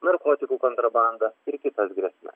narkotikų kontrabandą ir kitas grėsme